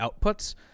outputs